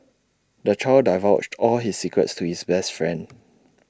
the child divulged all his secrets to his best friend